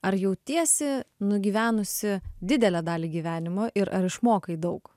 ar jautiesi nugyvenusi didelę dalį gyvenimo ir ar išmokai daug